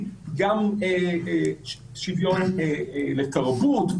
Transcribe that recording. שוויון לתרבות,